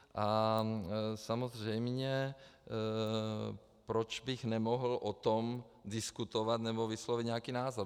A samozřejmě proč bych o tom nemohl diskutovat nebo vyslovit nějaký názor.